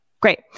Great